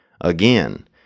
Again